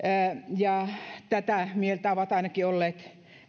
tätä mieltä ovat ainakin olleet